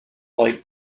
light